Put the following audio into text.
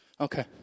Okay